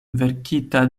verkita